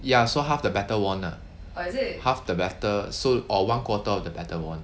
ya so half the battle won lah half the battle so or one quarter of the battle won